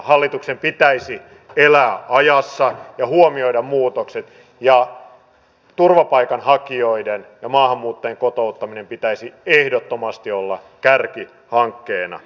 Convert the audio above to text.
hallituksen pitäisi elää ajassa ja huomioida muutokset ja turvapaikanhakijoiden ja maahanmuuttajien kotouttamisen pitäisi ehdottomasti olla kärkihankkeena